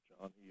John